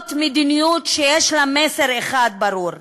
זאת מדיניות שיש לה מסר אחד ברור: